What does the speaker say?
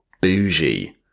bougie